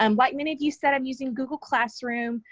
um like many of you said, i'm using google classroom,